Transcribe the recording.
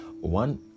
one